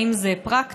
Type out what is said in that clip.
האם זה פרקטי?